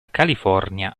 california